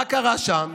מה קרה שם?